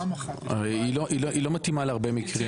היא לא מתאימה להרבה מקרים.